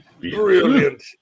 Brilliant